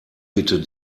bitte